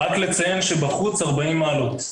רק לציין שבחוץ 40 מעלות.